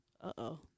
Uh-oh